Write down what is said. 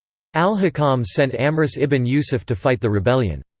al-hakam sent amrus ibn yusuf to fight the rebellion.